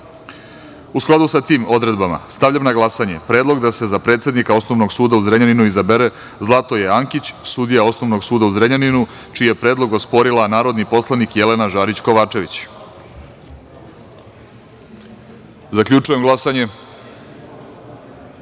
skladu sa tim odredbama, stavljam na glasanje predlog da se za predsednika Osnovnog suda u Zrenjaninu, izabere Zlatoje Ankić, sudija Osnovnog suda u Zrenjaninu, čiji je predlog osporila narodni poslanik Jelena Žarić Kovačević. Zaključujem glasanje. Ukupno